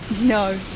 No